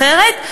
אחרת,